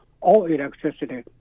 all-electricity